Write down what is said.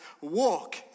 walk